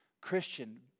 Christian